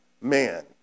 man